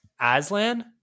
Aslan